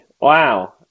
wow